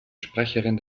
sprecherin